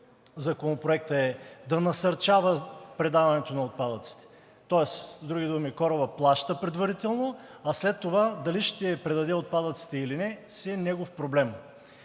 Законопроекта е да насърчава предаването на отпадъците, тоест, с други думи, корабът плаща предварително, а след това дали ще предаде отпадъците или не, си е негов проблем,